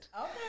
okay